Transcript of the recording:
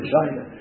China